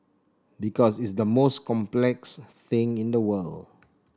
because it's the most complex thing in the world